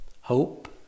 Hope